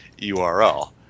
URL